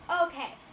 okay